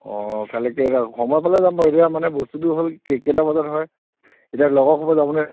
কাইলৈকে সময় পালে যাম বাৰু এতিয়া মানে বস্তুটো হ'ল কে কেইটা বজাত হয় এতিয়া লগৰ কোনোবা যাব নে